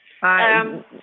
Hi